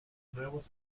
nuevos